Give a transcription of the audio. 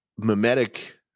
Mimetic